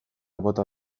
bota